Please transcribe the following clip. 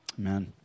amen